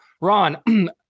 Ron